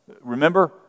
remember